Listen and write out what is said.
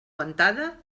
ventada